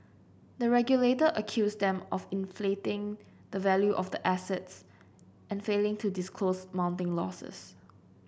the regulator accused them of inflating the value of the assets and failing to disclose mounting losses